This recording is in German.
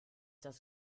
das